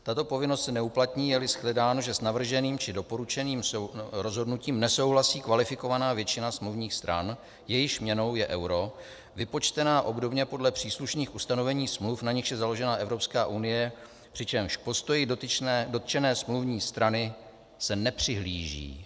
Tato povinnost se neuplatní, jeli shledáno, že s navrženým či doporučeným rozhodnutím nesouhlasí kvalifikovaná většina smluvních stran, jejichž měnou je euro, vypočtená obdobně podle příslušných ustanovení smluv, na nichž je založena Evropská unie, přičemž k postoji dotčené smluvní strany se nepřihlíží.